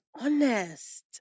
honest